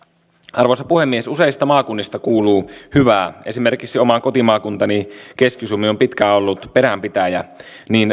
arvoisa puhemies useista maakunnista kuuluu hyvää esimerkiksi oma kotimaakuntani keski suomi on pitkään ollut peränpitäjä niin